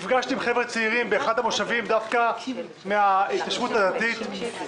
שזה לא המשרד לביטחון פנים,